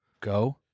go